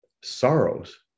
Sorrows